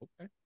Okay